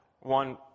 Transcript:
One